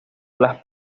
las